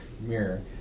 mirror